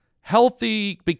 Healthy